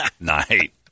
night